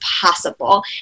possible